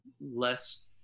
less